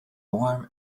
warm